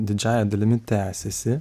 didžiąja dalimi tęsiasi